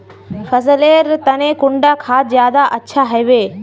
फसल लेर तने कुंडा खाद ज्यादा अच्छा हेवै?